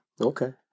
Okay